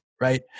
right